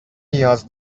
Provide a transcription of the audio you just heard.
نیاز